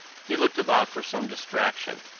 he looked about for some distraction.